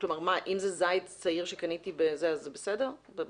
אם זה עץ זית צעיר שקניתי במשתלה, זה בסדר?